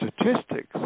statistics